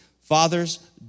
Fathers